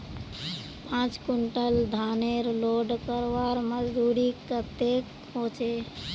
पाँच कुंटल धानेर लोड करवार मजदूरी कतेक होचए?